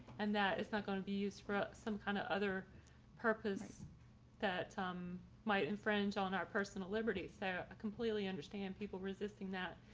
and that it's not going to be used for some kind of other purpose that um might infringe on our personal liberty. so i completely understand people resisting that.